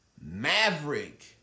Maverick